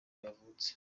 yavutse